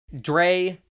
Dre